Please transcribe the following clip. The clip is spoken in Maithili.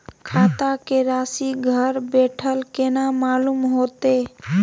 खाता के राशि घर बेठल केना मालूम होते?